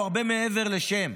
הוא הרבה מעבר לשם.